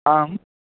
आम्